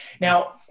Now